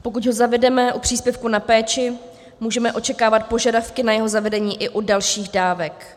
Pokud ho zavedeme u příspěvku na péči, můžeme očekávat požadavky na jeho zavedení i u dalších dávek.